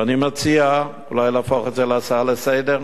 אני מציע אולי להפוך את זה להצעה לסדר-היום.